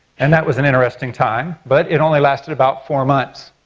and that was an interesting time but it only lasted about four months.